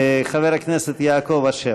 חבר הכנסת יעקב אשר.